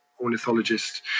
ornithologist